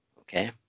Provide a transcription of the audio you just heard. okay